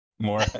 more